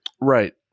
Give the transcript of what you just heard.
Right